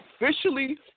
officially